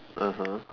(uh huh)